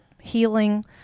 healing